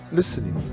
listening